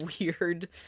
weird